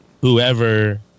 whoever